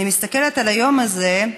אני מסתכלת על היום הזה,